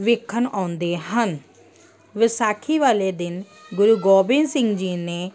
ਵੇਖਣ ਆਉਂਦੇ ਹਨ ਵਿਸਾਖੀ ਵਾਲੇ ਦਿਨ ਗੁਰੂ ਗੋਬਿੰਦ ਸਿੰਘ ਜੀ ਨੇ